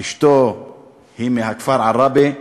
אשתו היא מהכפר עראבה,